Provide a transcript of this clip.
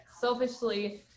selfishly